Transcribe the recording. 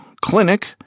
clinic